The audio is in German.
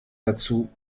dazu